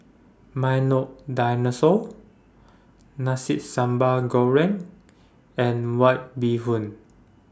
Milo Dinosaur Nasi Sambal Goreng and White Bee Hoon